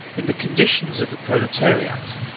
in the conditions of the proletariat,